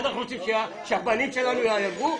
אתם רוצים שהילדים שלנו יהרגו?